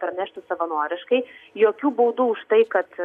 praneštų savanoriškai jokių baudų už tai kad